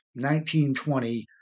1920